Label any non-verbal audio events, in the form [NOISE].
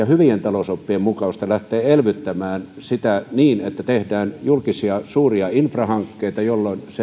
[UNINTELLIGIBLE] hyvien talousoppien mukaista lähteä elvyttämään niin että tehdään julkisia suuria infrahankkeita jolloin